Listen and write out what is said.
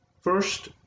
First